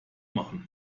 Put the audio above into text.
machen